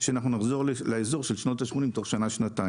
שנחזור לאזור של שנות השמונים תוך שנה-שנתיים.